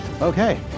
Okay